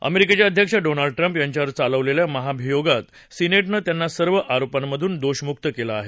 अमेरिकेचे अध्यक्ष Donald Trump यांच्यावर चालवलेल्या महाभियोगात सिनेटनं त्यांना सर्व आरोपांमधून दोषमुक्त केलं आहे